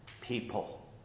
people